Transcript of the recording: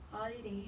holiday